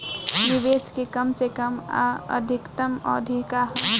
निवेश के कम से कम आ अधिकतम अवधि का है?